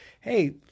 hey